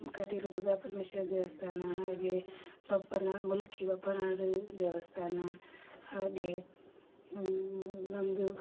ಕಟೀಲು ದುರ್ಗಾಪರಮೇಶ್ವರಿ ದೇವಸ್ಥಾನ ಹಾಗೆ ಬಪ್ಪನ ಮುಲ್ಕಿ ಬಪ್ಪನಾಡು ದೇವಸ್ಥಾನ ಹಾಗೆಯೆ ನಮ್ದು